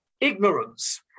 ignorance